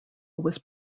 was